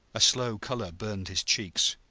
a slow color burned his cheeks.